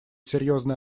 серьезное